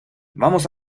vamos